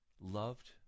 loved